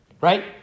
right